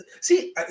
See